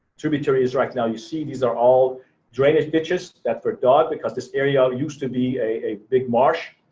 tributaries. right now you see these are all drainage ditches that were dug because this area used to be a big marsh